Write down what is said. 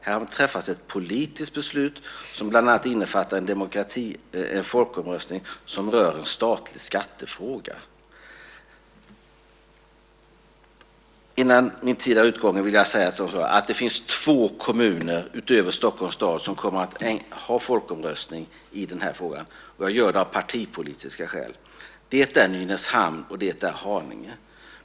Här har träffats ett politiskt beslut som bland annat innefattar en folkomröstning som rör en statlig skattefråga. Innan min talartid är utgången vill jag säga att det finns två kommuner utöver Stockholms stad som kommer att ha folkomröstning i den här frågan - och jag gör det av partipolitiska skäl - och det är Nynäshamn och Haninge.